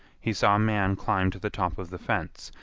he saw a man climb to the top of the fence,